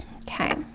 Okay